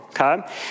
okay